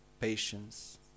patience